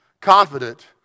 confident